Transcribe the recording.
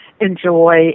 enjoy